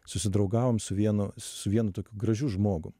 susidraugavom su vienu su vien tokiu gražiu žmogum